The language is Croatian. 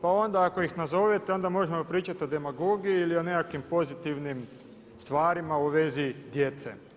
Pa onda ako ih nazovete onda možemo pričati o demagogiji ili o nekakvim pozitivnim stvarima u vezi djece.